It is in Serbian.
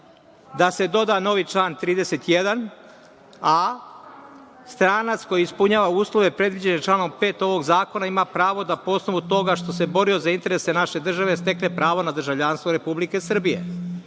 da se doda novi član 31a - stranac koji ispunjava uslove predviđene članom 5. ovog zakona, ima pravo po osnovu toga što se borio za interese naše države stekne pravo na državljanstvo Republike Srbije. Dakle,